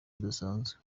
bidasanzwe